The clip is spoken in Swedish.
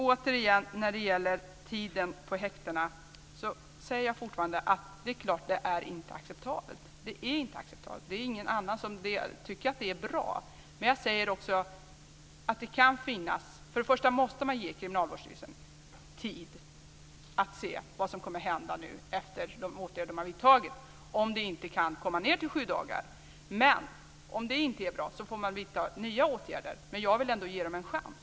Återigen: När det gäller tiden på häktet säger jag fortfarande att det är klart att det inte är acceptabelt. Det är inte acceptabelt. Det är ingen annan som tycker att det är bra. Men jag säger också att vi måste ge Kriminalvårdsstyrelsen tid och se vad som kommer att hända efter de åtgärder man har vidtagit. Vi måste se om man inte kan komma ned till sju dagar. Om det inte är bra får man vidta nya åtgärder, men jag vill ändå ge det en chans.